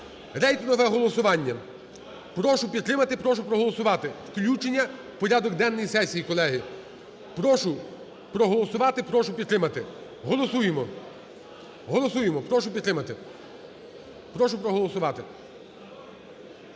Рейтингове голосування. Прошу підтримати, прошу проголосувати. Включення у порядок денний сесії, колеги. Прошу проголосувати, прошу підтримати. Голосуємо! Прошу підтримати, прошу проголосувати.